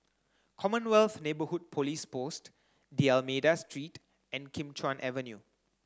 Commonwealth Neighbourhood Police Post D'almeida Street and Kim Chuan Avenue